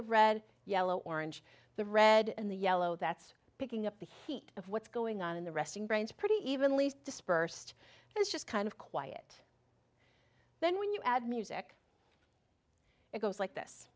of red yellow orange the red and the yellow that's picking up the heat of what's going on in the resting brains pretty evenly dispersed that's just kind of quiet then when you add music it goes like this